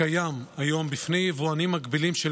הקיים היום בפני יבואנים מקבילים של